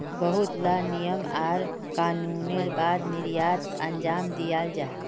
बहुत ला नियम आर कानूनेर बाद निर्यात अंजाम दियाल जाहा